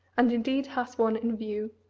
and indeed has one in view.